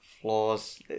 flaws